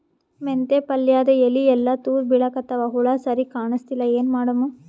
ಮೆಂತೆ ಪಲ್ಯಾದ ಎಲಿ ಎಲ್ಲಾ ತೂತ ಬಿಳಿಕತ್ತಾವ, ಹುಳ ಸರಿಗ ಕಾಣಸ್ತಿಲ್ಲ, ಏನ ಮಾಡಮು?